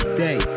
day